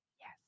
yes